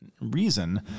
reason